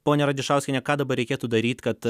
ponia radišauskiene ką dabar reikėtų daryt kad